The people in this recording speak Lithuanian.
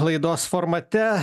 laidos formate